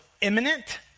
imminent